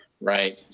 Right